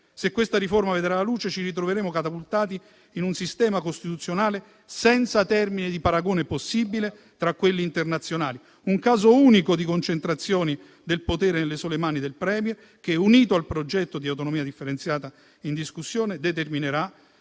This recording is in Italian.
Se questa riforma vedrà la luce, ci ritroveremo catapultati in un sistema costituzionale senza termine di paragone possibile tra quelli internazionali. Un caso unico di concentrazione del potere nelle sole mani del *Premier* che, unito al progetto di autonomia differenziata in discussione, determinerà